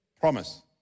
Promise